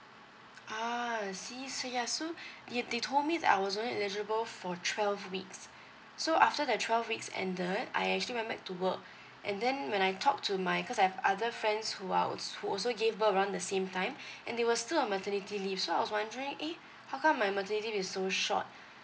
ah see so yes so they they told me that I wasn't eligible for twelve weeks so after the twelve weeks ended I actually went back to work and then when I talk to my cause I have other friends who are als~ who also gave birth around the same time and they were still on maternity leave so I was wondering eh how come my maternity is so short